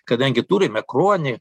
kadangi turime kruonį